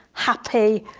happy,